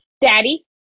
Daddy